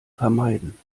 vermeiden